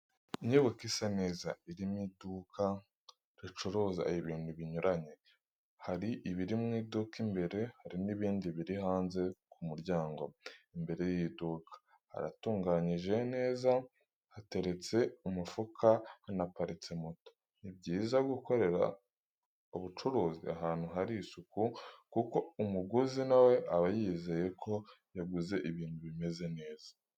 Inyubako isa neza irimo iduka ricuruza ibintu binyuranye, hari ibiri mu iduka imbere hari n'ibindi biri hanze ku muryango, imbere y'iduka haratunganyije neza, hateretse umufuka hanaparitse moto. Ni byiza gukorera ubucuruzi ahantu hari isuku kuko umuguzi nawe aba yizeye ko yaguze ibintu bimeze neza.